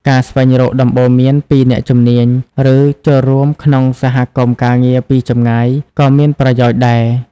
ការស្វែងរកដំបូន្មានពីអ្នកជំនាញ ឬចូលរួមក្នុងសហគមន៍ការងារពីចម្ងាយក៏មានប្រយោជន៍ដែរ។